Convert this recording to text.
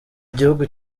igihugu